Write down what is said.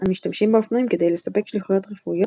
המשתמשים באופנועים כדי לספק שליחויות רפואיות